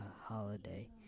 holiday